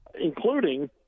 including